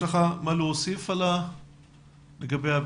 יש לך מה להוסיף לגבי התוכנית?